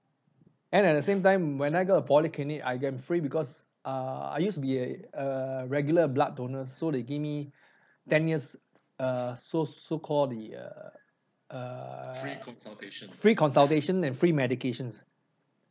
then at the same time when I go to polyclinic I get it free because I used to be a regular blood donors so they give me ten years err so so call the err err free consultation and free medications